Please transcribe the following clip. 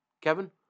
Kevin